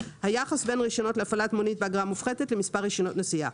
היחס בין רישיונות להפעלת מונית באגרה מופחתת למספר רישיונות נסיעה.